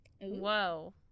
Whoa